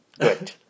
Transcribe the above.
Good